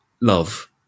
love